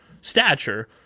stature